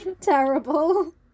Terrible